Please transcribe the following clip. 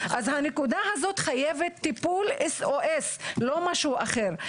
אז הנקודה הזאת חייבת טיפול SOS, לא משהו אחר.